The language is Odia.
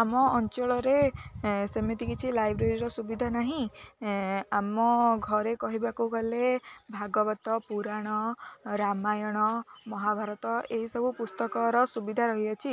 ଆମ ଅଞ୍ଚଳରେ ସେମିତି କିଛି ଲାଇବ୍ରେରୀର ସୁବିଧା ନାହିଁ ଆମ ଘରେ କହିବାକୁ ଗଲେ ଭାଗବତ ପୁରାଣ ରାମାୟଣ ମହାଭାରତ ଏହିସବୁ ପୁସ୍ତକର ସୁବିଧା ରହିଅଛି